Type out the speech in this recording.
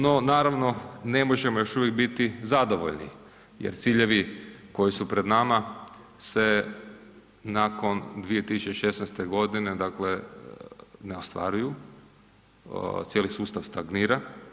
No naravno ne možemo još uvijek biti zadovoljni jer ciljevi koji su pred nama se nakon 2016. godine ne ostvaruju, cijeli sustav stagnira.